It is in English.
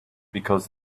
because